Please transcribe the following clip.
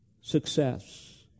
success